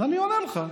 אז אני עונה לך.